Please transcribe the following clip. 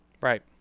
right